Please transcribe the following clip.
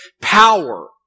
power